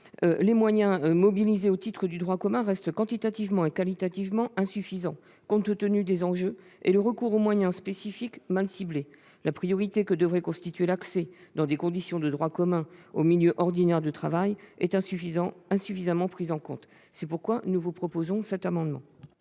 les moyens mobilisés au titre du droit commun restent quantitativement et qualitativement insuffisants compte tenu des enjeux et le recours aux moyens spécifiques, mal ciblé. [...] La priorité que devrait constituer l'accès dans des conditions de droit commun au milieu ordinaire de travail est insuffisamment prise en compte. » Quel est l'avis de la commission ? Cet amendement